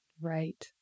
Right